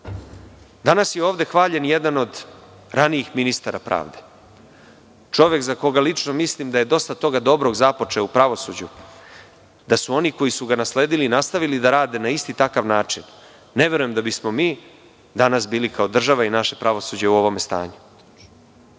suda. Danas je ovde hvaljen jedan od ranijih ministara pravde, čovek za koga lično mislim da je dosta toga dobrog započeo u pravosuđu. Da su oni koji su ga nasledili nastavili da rade na isti takav način, ne verujem da bismo mi danas bili kao država i naše pravosuđe u ovom stanju.